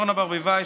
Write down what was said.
אורנה ברביבאי,